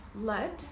lead